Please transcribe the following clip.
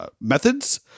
methods